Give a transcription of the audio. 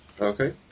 Okay